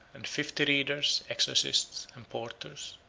and fifty readers, exorcists, and porters.